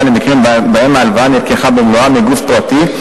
למקרים שבהם ההלוואה נלקחה במלואה מגוף פרטי,